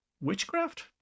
witchcraft